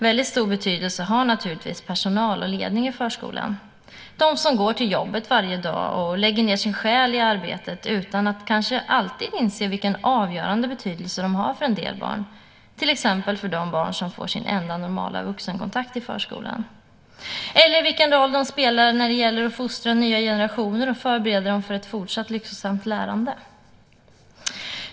Väldigt stor betydelse har naturligtvis personalen och ledningen i förskolan, de som varje dag går till jobbet och lägger ned sin själ i arbetet utan att kanske alltid inse vilken avgörande betydelse de har för en del barn, till exempel för de barn som får sin enda normala vuxenkontakt i förskolan, eller vilken roll de spelar när det gäller att fostra nya generationer och förbereda dem för ett fortsatt livslångt lärande.